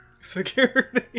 Security